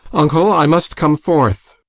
uncle, i must come forth.